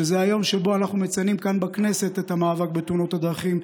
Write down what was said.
שזה היום שבו אנחנו מציינים כאן בכנסת את המאבק בתאונות הדרכים,